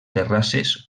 terrasses